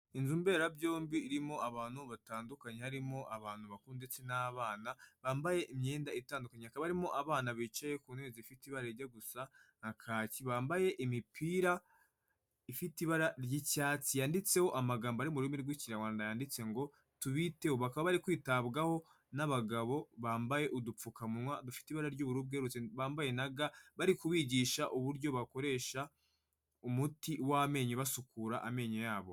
Inzu mberabyombi irimo abantu batandukanye harimo abantu bakuru ndetse n'abana bambaye imyenda itandukanye, hakaba harimo abana bicaye ku ntebe ifite ibara rijya gusa nka kaki, bambaye imipira ifite ibara ry'icyatsi yanditseho amagambo ari mu rurimi rw'Ikinyarwanda, yanditse ngo "tubiteho", bakaba bari kwitabwaho n'abagabo bambaye udupfukamunwa dufite ibara ry'ubururu, bambaye na ga, bari kubigisha uburyo bakoresha umuti w'amenyo basukura amenyo yabo.